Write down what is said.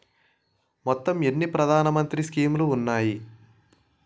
మొత్తం ఎన్ని ప్రధాన మంత్రి స్కీమ్స్ ఉన్నాయి?